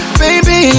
baby